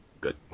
Good